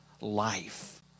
life